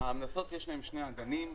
בהמלצות יש שני אדנים.